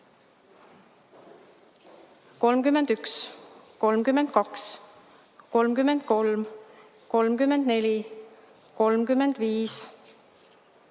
31, 32, 33, 34, 35,